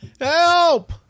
help